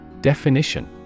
Definition